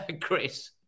Chris